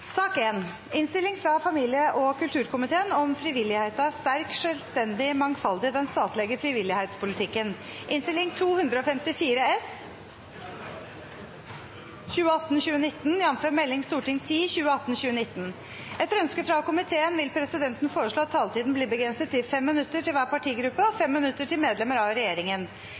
sak nr. 1. Etter ønske fra justiskomiteen vil presidenten foreslå at taletiden blir begrenset til 5 minutter til hver partigruppe og 5 minutter til medlemmer av regjeringen.